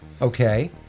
Okay